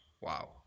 wow